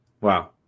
Wow